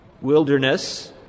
wilderness